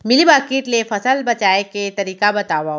Mealybug किट ले फसल बचाए के तरीका बतावव?